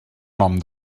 nom